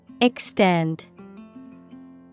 Extend